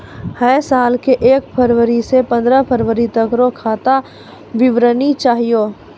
है साल के एक फरवरी से पंद्रह फरवरी तक रो खाता विवरणी चाहियो